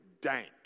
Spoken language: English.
dank